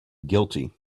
guilty